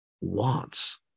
wants